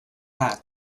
hat